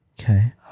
Okay